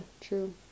true